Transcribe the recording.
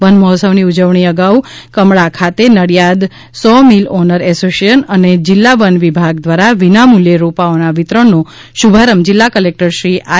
one મહોત્સવની ઉજવણી અગાઉ કમળા ખાતે Nadiad saw mill owner association અને જિલ્લાત વન વિભાગ દ્વારા વિનામૂલ્યે રોપાઓના વિતરણનો શુભારંભ જિલ્લાા કલેકટર શ્રી આઇ